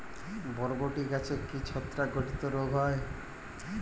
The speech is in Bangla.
বরবটি গাছে কি ছত্রাক ঘটিত রোগ হয়?